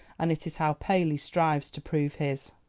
and it is how paley strives to prove his.